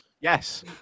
Yes